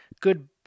good